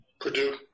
Purdue